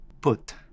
put